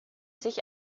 sich